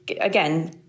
again